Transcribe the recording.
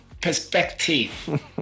perspective